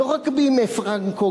לא רק בימי פרנקו,